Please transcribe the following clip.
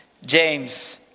James